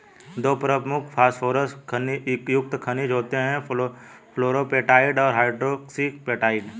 दो प्रमुख फॉस्फोरस युक्त खनिज होते हैं, फ्लोरापेटाइट और हाइड्रोक्सी एपेटाइट